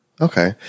Okay